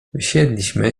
wysiedliśmy